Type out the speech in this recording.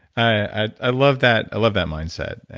i i love that. i love that mindset.